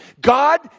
God